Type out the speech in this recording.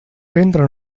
ventre